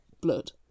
blood